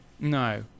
No